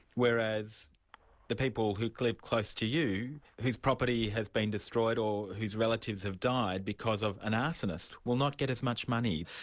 whereas the people who live close to you whose property has been destroyed or whose relatives have died because of an arsonist, will not get as much money.